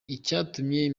icyatumye